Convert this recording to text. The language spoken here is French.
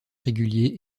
réguliers